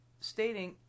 stating